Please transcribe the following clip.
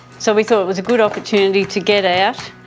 so we thought it was a good opportunity to get out,